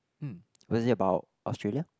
hmm was it about Australia